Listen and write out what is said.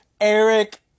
Eric